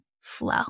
flow